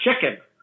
chicken